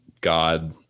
god-